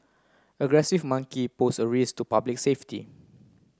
aggressive monkey pose a risk to public safety